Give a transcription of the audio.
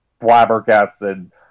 flabbergasted